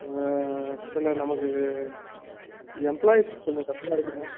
ஆ சில நமக்கு எம்ப்ளாயிஸ் கொஞ்சம் கம்மியாக இருக்கிறாங்க